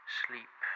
sleep